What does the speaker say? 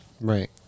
right